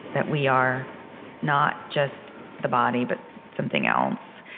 that we are not just the body, but something else.